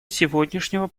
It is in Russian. сегодняшнего